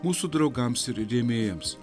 mūsų draugams ir rėmėjams